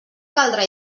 caldrà